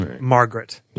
Margaret